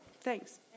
Thanks